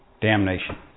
Damnation